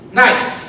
nice